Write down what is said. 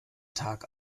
tag